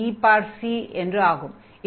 ec என்று ஆகும்